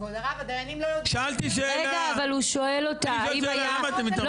כבוד הרב הרבנים לא יודעים --- רגע אבל הוא שואל אותה האם היה,